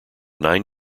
nine